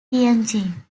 tianjin